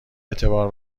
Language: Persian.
اعتبار